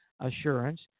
assurance